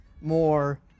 more